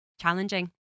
challenging